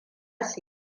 su